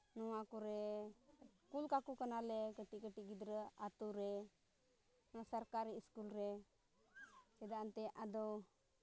ᱱᱚᱣᱟ ᱠᱚᱨᱮᱫ ᱠᱩᱞ ᱠᱟᱠᱚ ᱠᱟᱱᱟ ᱠᱚ ᱠᱟᱹᱴᱤᱡ ᱜᱤᱫᱽᱨᱟᱹ ᱟᱹᱛᱩ ᱨᱮ ᱚᱱᱟ ᱥᱚᱨᱠᱟᱨᱤ ᱥᱠᱩᱞ ᱨᱮ ᱪᱮᱫᱟᱜ ᱮᱱᱛᱮᱫ ᱟᱫᱚ